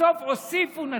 בסוף הוסיפו נציג.